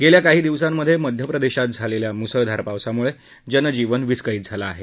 गेल्या काही दिवसांमधे मध्यप्रदेशात झालेल्या मुसळधार पावसामुळे जनीजीवन विस्कळीत झालं आहे